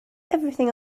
everything